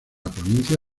provincia